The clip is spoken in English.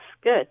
good